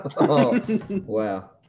wow